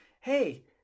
hey